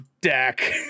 Deck